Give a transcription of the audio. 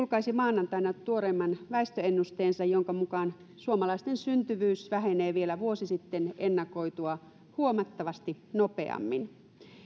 julkaisi maanantaina tuoreimman väestöennusteensa jonka mukaan suomalaisten syntyvyys vähenee vielä vuosi sitten ennakoitua huomattavasti nopeammin